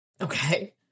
Okay